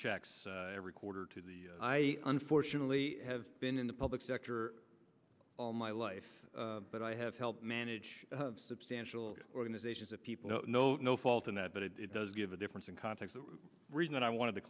checks every quarter to the i unfortunately have been in the public sector all my life but i have helped manage substantial organizations of people no fault in that but it does give a difference in context the reason i wanted to